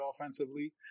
offensively